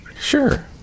Sure